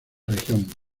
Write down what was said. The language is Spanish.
región